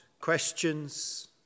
questions